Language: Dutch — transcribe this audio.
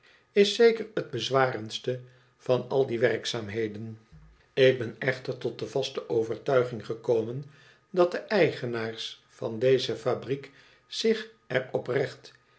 is zeker het bezwarendste van al die werkzaamheden ik ben echter tot de vaste overtuiging gekomen dat de eigenaars van deze fabriek zich er oprecht